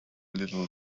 little